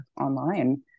online